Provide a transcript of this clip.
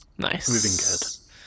Nice